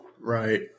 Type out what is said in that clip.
Right